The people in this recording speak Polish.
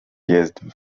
jest